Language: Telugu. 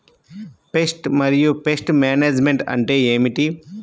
పెస్ట్ మరియు పెస్ట్ మేనేజ్మెంట్ అంటే ఏమిటి?